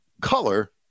color